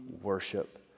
worship